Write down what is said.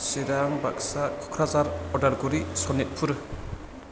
Chirang Baksa Kokrajhar Udalguri Sonitpur